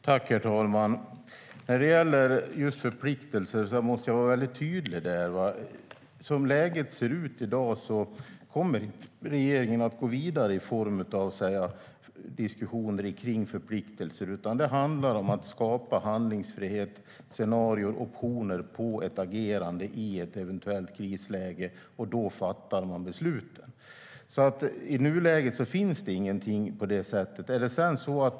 Herr talman! När det gäller just förpliktelser måste jag vara tydlig med att regeringen, som läget ser ut i dag, inte kommer att gå vidare med, låt oss säga, diskussioner om förpliktelser. Det handlar om att skapa handlingsfrihet, scenarier och optioner på ett agerande i ett eventuellt krisläge, och då fattar man besluten. I nuläget finns det alltså ingenting sådant.